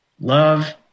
love